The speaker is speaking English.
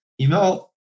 Email